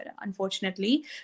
Unfortunately